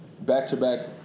back-to-back